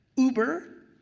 uber,